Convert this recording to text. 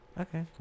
Okay